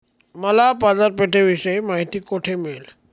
मला बाजारपेठेविषयी माहिती कोठे मिळेल?